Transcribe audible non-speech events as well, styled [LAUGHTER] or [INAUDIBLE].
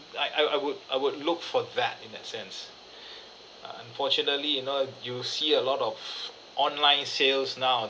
I I would I would look for that in that sense [BREATH] unfortunately you know you see a lot of online sales nowadays